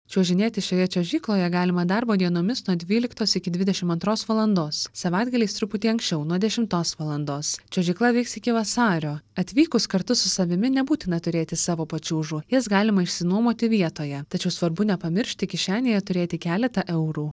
čiuožinėti šioje čiuožykloje galima darbo dienomis nuo dvyliktos iki dvidešimt antros valandos savaitgaliais truputį anksčiau nuo dešimtos valandos čiuožykla veiks iki vasario atvykus kartu su savimi nebūtina turėti savo pačiūžų jas galima išsinuomoti vietoje tačiau svarbu nepamiršti kišenėje turėti keletą eurų